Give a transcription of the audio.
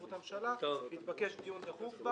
מתבקש דיון דחוף.